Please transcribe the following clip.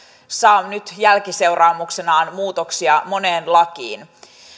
saa nyt jälkiseuraamuksenaan muutoksia moneen lakiin